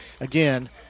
Again